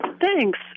Thanks